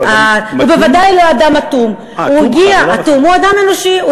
הוא בוודאי לא אדם אטום, הוא אדם אנושי.